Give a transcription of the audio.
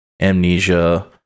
Amnesia